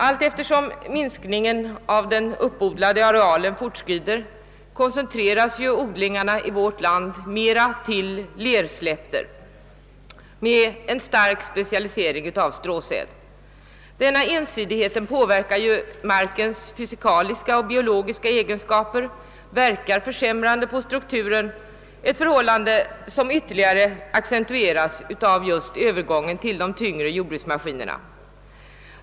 Allteftersom minskningen av den uppodlade arealen fortskrider koncentreras odlingarna i vårt land alltmer till lerslätter med en stark specialisering till stråsäd. Denna ensidighet påverkar markens fysikaliska och biologiska egenskaper och verkar försämrande på jordstrukturen, ett förhållande som ytterligare accentueras av just den snabba övergången till tunga jordbruksmaskiner.